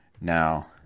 Now